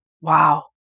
Wow